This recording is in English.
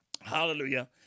hallelujah